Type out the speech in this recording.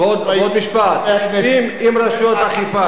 ועוד משפט: אם רשויות אכיפה,